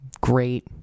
great